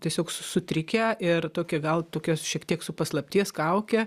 tiesiog su sutrikę ir tokie gal tokios šiek tiek su paslapties kauke